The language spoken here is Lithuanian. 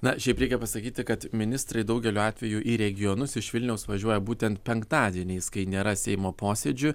na šiaip reikia pasakyti kad ministrai daugeliu atveju į regionus iš vilniaus važiuoja būtent penktadieniais kai nėra seimo posėdžių